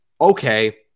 okay